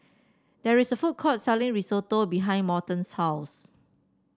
there is a food court selling Risotto behind Morton's house